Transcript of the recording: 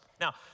Now